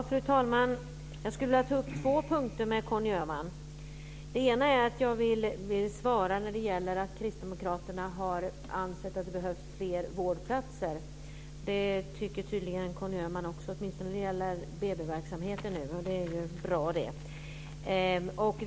Fru talman! Jag skulle vilja ta upp två punkter med Conny Öhman. Först vill jag svara på detta om att kristdemokraterna har ansett att det behövs fler vårdplatser. Det tycker tydligen Conny Öhman också, åtminstone när det gäller BB-verksamheten, och det är bra.